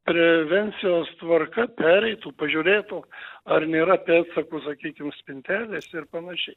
prevencijos tvarka pereitų pažiūrėtų ar nėra pėdsakų sakykim spintelėse ir panašiai